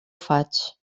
faig